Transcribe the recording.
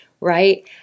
right